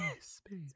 space